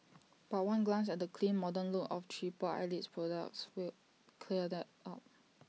but one glance at the clean modern look of triple Eyelid's products will clear that up